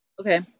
Okay